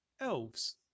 Elves